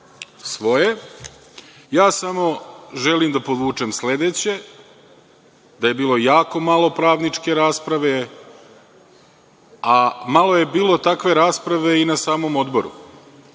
svoje. Ja samo želim da podvučem sledeće, da je bilo jako malo pravničke rasprave, a malo je bilo takve rasprave i na samom odboru.